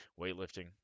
weightlifting